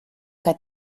que